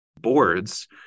boards